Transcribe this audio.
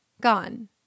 Gone